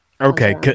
Okay